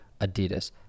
Adidas